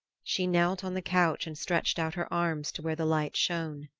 she knelt on the couch and stretched out her arms to where the light shone.